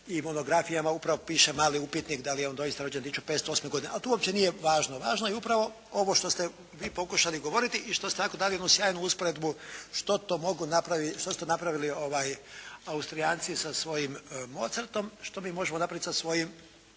i monografijama upravo piše mali upitnik da li je on doista rođen 1508. godine. Ali to uopće nije važno. Važno je upravo ovo što ste vi pokušali govoriti i što ste ovako dali jednu sjajnu usporedbu što to mogu napraviti, što su napravili Austrijanci sa svojim Mozartom, što mi možemo napraviti sa svojim